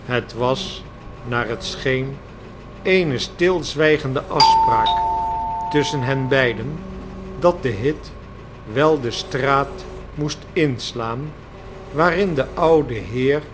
het was naar het scheen eene stilzwijgende afspraak tusschen hen beiden dat de hit wel de straat moest inslaan waarin de oude heer